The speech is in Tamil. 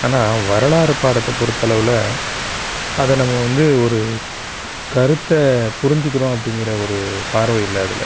ஆனால் வரலாறு பாடத்தை பொருத்தளவில் அதை நம்ம வந்து ஒரு கருத்தை புரிஞ்சுக்கிறோம் அப்படிங்குற ஒரு பார்வை இல்லை அதில்